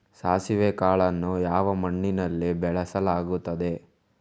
ಸಾಸಿವೆ ಕಾಳನ್ನು ಯಾವ ಮಣ್ಣಿನಲ್ಲಿ ಬೆಳೆಸಲಾಗುತ್ತದೆ?